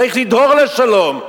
צריך לדהור לשלום.